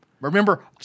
Remember